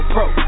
Pro